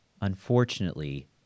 Unfortunately